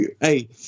Hey